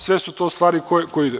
Sve su to stvari koje idu.